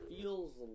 feels